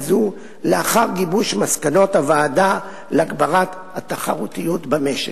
זו לאחר גיבוש מסקנות הוועדה להגברת התחרותיות במשק.